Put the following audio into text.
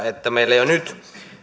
että meillä jo nyt